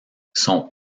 son